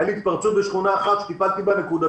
הייתה לי התפרצות של המחלה בשכונה אחת שטיפלתי בה נקודתית: